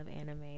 anime